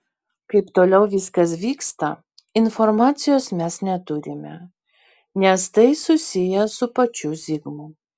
kaip toliau viskas vyksta informacijos mes neturime nes tai susiję su pačiu zigmu